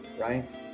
right